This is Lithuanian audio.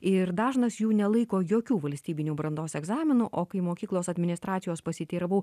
ir dažnas jų nelaiko jokių valstybinių brandos egzaminų o kai mokyklos administracijos pasiteiravau